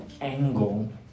angle